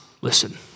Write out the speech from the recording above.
listen